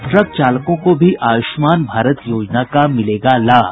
और ट्रक चालकों को भी आयुष्मान भारत योजना का मिलेगा लाभ